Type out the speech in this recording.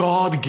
God